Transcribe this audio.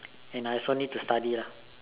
and I also need to study lah